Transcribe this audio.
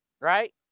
right